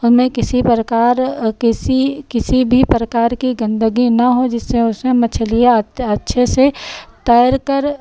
हमें किसी प्रकार किसी किसी भी प्रकार की गंदगी न हो जिससे उसे मछलियां अच्छे से तैरकर